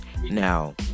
Now